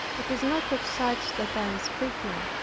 it is not of such that i am speaking.